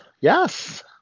Yes